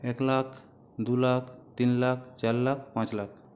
এক লাখ দু লাখ তিন লাখ চার লাখ পাঁচ লাখ